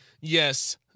Yes